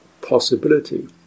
possibility